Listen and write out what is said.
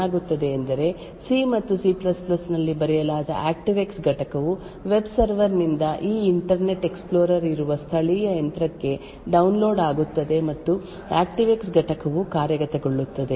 ಈಗ ಬಳಕೆದಾರರು ಇದನ್ನು ಕ್ಲಿಕ್ ಮಾಡಿದರೆ ಮತ್ತು ಆಕ್ಟಿವ್ಎಕ್ಸ್ ಘಟಕವು ರನ್ ಆಗಬಹುದು ಎಂದು ಬಳಕೆದಾರರು ಹೇಳಿದರೆ ಏನಾಗುತ್ತದೆ ಎಂದರೆ ಸಿ ಮತ್ತು ಸಿ C ನಲ್ಲಿ ಬರೆಯಲಾದ ಆಕ್ಟಿವ್ಎಕ್ಸ್ ಘಟಕವು ವೆಬ್ ಸರ್ವರ್ ನಿಂದ ಈ ಇಂಟರ್ನೆಟ್ ಎಕ್ಸ್ಪ್ಲೋರರ್ ಇರುವ ಸ್ಥಳೀಯ ಯಂತ್ರಕ್ಕೆ ಡೌನ್ಲೋಡ್ ಆಗುತ್ತದೆ ಮತ್ತು ಆಕ್ಟಿವ್ಎಕ್ಸ್ ಘಟಕವು ಕಾರ್ಯಗತಗೊಳ್ಳುತ್ತದೆ